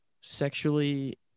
sexually